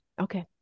Okay